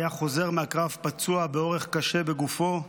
היה חוזר מהקרב פצוע באורח קשה בגופו,